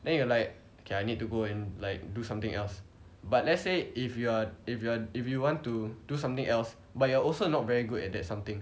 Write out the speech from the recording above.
then you are like okay I need to go and like do something else but let's say if you are if you are if you want to do something else but you are also not very good at that something